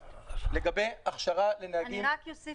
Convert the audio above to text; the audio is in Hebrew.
לגבי הכשרה לנהגים --- אני רק אוסיף